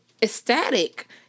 ecstatic